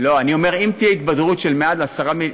אני אומר, אם תהיה התבדרות של יותר מ-10 מיליארד,